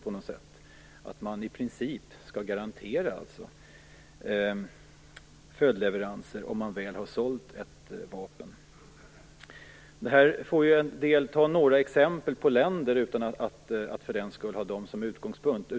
I princip skall man alltså garantera följdleveranser om man väl har sålt ett vapen. Jag vill ta några exempel på länder, utan att för den skull ha dem som utgångspunkt.